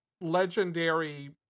legendary